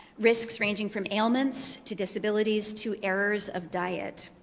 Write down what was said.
risks ranging from ailments to disabilities to errors of diet,